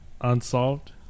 unsolved